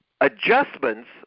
adjustments